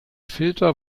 filter